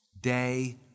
day